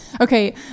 Okay